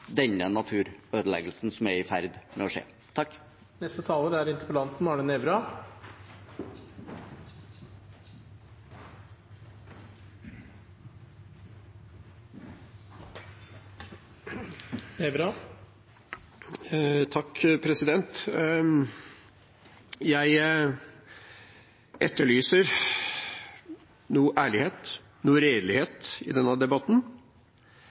naturødeleggelsen som er i ferd med å skje. Jeg etterlyser noe ærlighet og redelighet i denne debatten, og jeg etterlyser at representantene kan innrømme alvorlighetsgraden i